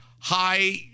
high